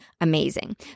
amazing